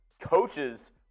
coaches